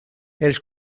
els